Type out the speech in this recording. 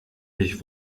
mich